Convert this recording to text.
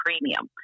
premium